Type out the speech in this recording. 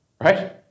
Right